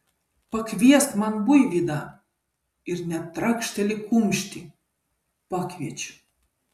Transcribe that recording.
pakviesk man buivydą ir net trakšteli kumštį pakviečiu